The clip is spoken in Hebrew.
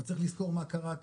אבל צריך לזכור מה קרה כאן,